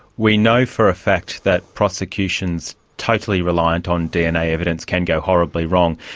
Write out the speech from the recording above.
we know for a fact that prosecutions totally reliant on dna evidence can go horribly wrong.